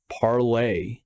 parlay